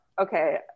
okay